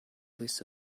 this